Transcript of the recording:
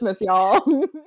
y'all